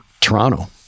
Toronto